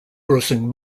grossing